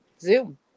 Zoom